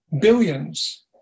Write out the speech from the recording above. billions